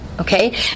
Okay